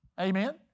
Amen